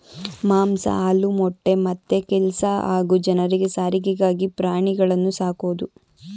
ಮಾಂಸ ಹಾಲು ಮೊಟ್ಟೆ ಮತ್ತೆ ಕೆಲ್ಸ ಹಾಗೂ ಜನರಿಗೆ ಸಾರಿಗೆಗಾಗಿ ಪ್ರಾಣಿಗಳನ್ನು ಸಾಕೋದು